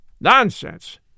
Nonsense